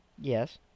Yes